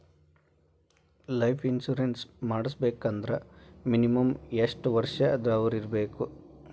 Life insurance ಮಾಡ್ಸ್ಬೇಕಂದ್ರ minimum ಯೆಷ್ಟ್ ವರ್ಷ ದವ್ರಿರ್ಬೇಕು?